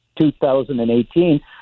2018